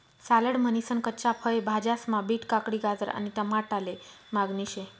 salad म्हनीसन कच्च्या फय भाज्यास्मा बीट, काकडी, गाजर आणि टमाटाले मागणी शे